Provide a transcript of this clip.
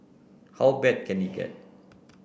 how bad can it get